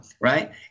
right